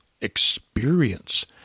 experience